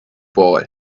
ball